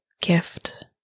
gift